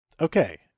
Okay